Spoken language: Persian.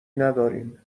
نداریم